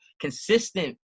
consistent